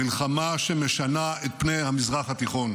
מלחמה שמשנה את פני המזרח התיכון.